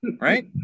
Right